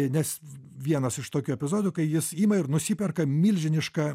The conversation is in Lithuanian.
nes vienas iš tokių epizodų kai jis ima ir nusiperka milžinišką